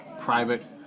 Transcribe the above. private